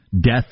death